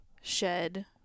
shed